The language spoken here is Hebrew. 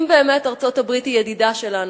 אם באמת ארצות-הברית היא ידידה שלנו,